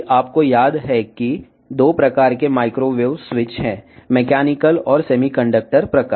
ఇప్పుడు మీకు గుర్తుంటే మైక్రోవేవ్ స్విచ్లు 2 రకాలు ఉన్నాయి యాంత్రిక మరియు సెమీకండక్టర్ రకం